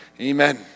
Amen